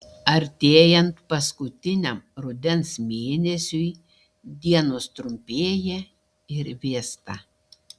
artėjant paskutiniam rudens mėnesiui dienos trumpėja ir vėsta